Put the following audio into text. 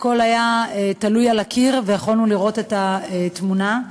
הכול היה על הקיר ויכולנו לראות את התמונה.